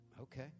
Okay